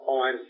on